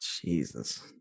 Jesus